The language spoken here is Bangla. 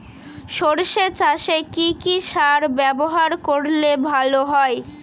সর্ষে চাসে কি কি সার ব্যবহার করলে ভালো হয়?